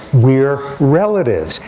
we're relatives.